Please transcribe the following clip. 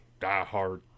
diehard